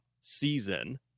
season